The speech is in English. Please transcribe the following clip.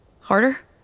Harder